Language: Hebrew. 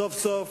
סוף-סוף